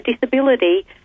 disability